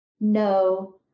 no